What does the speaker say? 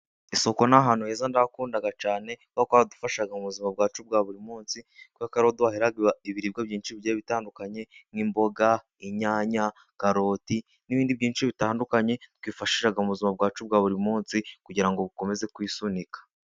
Isoko ni ahantu heza ndahakunda cyane kuberako haradufasha mu buzima bwacu bwa buri munsi, kuberako ariho duhahira ibiribwa byinshi bitandukanye nk'imboga, inyanya, karoti , n'ibindi byinshi bitandukanye twifashishwa mu buzima bwacu bwa buri munsi, kugira ngo bukomeze kwisunika.